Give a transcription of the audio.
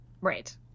Right